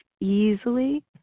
easily